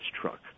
truck